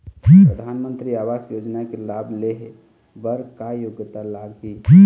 परधानमंतरी आवास योजना के लाभ ले हे बर का योग्यता लाग ही?